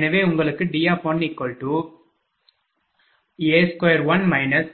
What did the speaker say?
எனவே உங்களுக்குD1A21